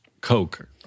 Coke